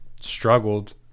struggled